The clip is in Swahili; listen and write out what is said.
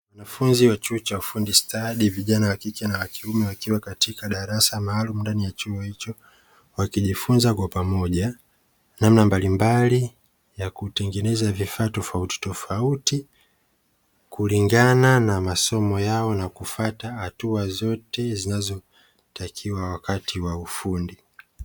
Wanafunzi wa chuo cha ufundi stadi (vijana wa kike na wa kiume) wakiwa katika darasa maalumu ndani ya chuo hicho, wakijifunza kwa pamoja namna mbalimbali ya kutengeneza vifaa tofautitofauti kulingana na masomo yao, na kufuata hatua zote zinazotakiwa wakati wa ufundi.